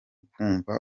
kumva